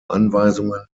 anweisungen